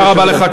תודה רבה לך,